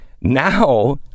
Now